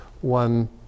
one